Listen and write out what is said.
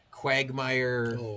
quagmire